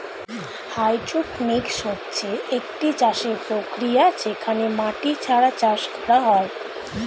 hydroponics হচ্ছে একটি চাষের প্রক্রিয়া যেখানে মাটি ছাড়া চাষ করা হয়